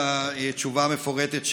על התשובה המפורטת,